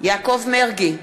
יעקב מרגי,